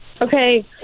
Okay